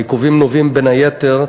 העיכובים נובעים, בין היתר,